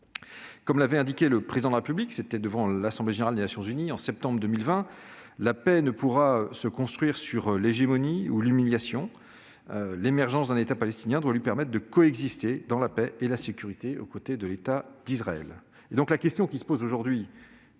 Comme l'avait indiqué le Président de la République devant l'Assemblée générale des Nations unies en septembre 2020, la paix ne pourra se construire sur l'hégémonie ou l'humiliation. L'État palestinien doit pouvoir coexister dans la paix et la sécurité aux côtés de l'État d'Israël.